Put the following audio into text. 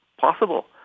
possible